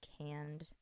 canned